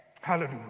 Hallelujah